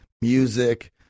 music